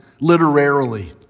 literarily